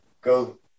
go